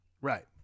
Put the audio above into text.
right